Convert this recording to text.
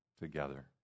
together